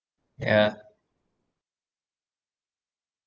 yeah